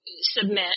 submit